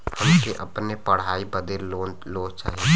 हमके अपने पढ़ाई बदे लोन लो चाही?